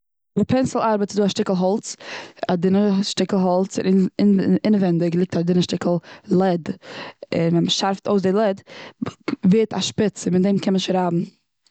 די פענסיל ארבעט ס'איז דא א שטיקל האלץ. א דינע שטיקל האלץ, און און אינעווייניג ליגט א דינע שטיקל לעד און ווען מ'שארפט אויס די לעד ווערט א שפיץ און אזוי קען מען שרייבן.